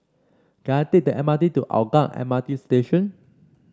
can I take the M R T to Hougang M R T Station